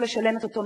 מאוד